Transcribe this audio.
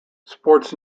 sports